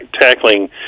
tackling